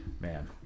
Man